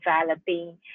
developing